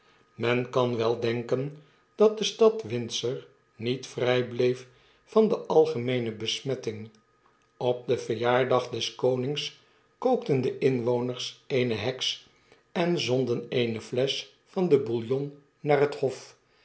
men kan wel denken dat de stad windsor niet vry bleef van de algemeene besmetting op den verjaardag des konings kookten de inwoners eene heks en zonden eene flesch van de bouillon naar het hof